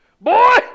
Boy